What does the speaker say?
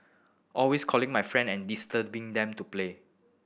always calling my friend and disturbing them to play